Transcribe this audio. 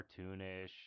cartoonish